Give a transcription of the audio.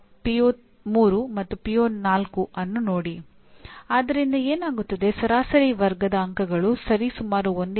ಈಗ ಕಾರ್ಯಕ್ರಮ ಪಠ್ಯಕ್ರಮ ಬೋಧನೆ ಬೋಧನಾ ಕಲಿಕೆಯ ಪ್ರಕ್ರಿಯೆಗಳಿಗೆ ಬರುತ್ತಿದ್ದು ಇದರಲ್ಲಿ ಶ್ರೇಣಿ 1 100 ಅಂಕಗಳನ್ನು ಮತ್ತು ಶ್ರೇಣಿ 2 120 ಅಂಕಗಳನ್ನು ಹೊಂದಿದೆ